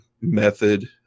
method